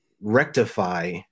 rectify